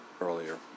earlier